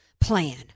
plan